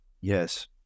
yes